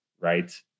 Right